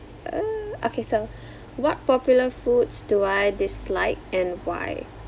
uh okay so what popular foods do I dislike and why